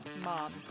mom